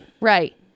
right